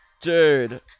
Dude